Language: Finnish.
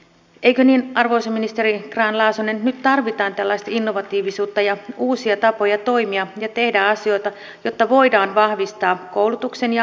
eikö niin arvoisa ministeri grahn laasonen että nyt tarvitaan tällaista innovatiivisuutta ja uusia tapoja toimia ja tehdä asioita jotta voidaan vahvistaa koulutuksen ja työelämän yhteyksiä